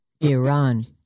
Iran